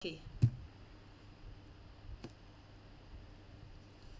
okay